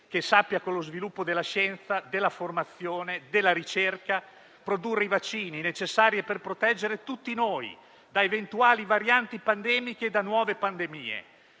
che sappia, con lo sviluppo della scienza, della formazione, della ricerca, produrre i vaccini necessari per proteggere tutti noi da eventuali varianti pandemiche e da nuove pandemie.